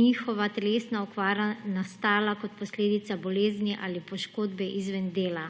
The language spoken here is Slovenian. njihova telesna okvara nastala kot posledica bolezni ali poškodbe izven dela.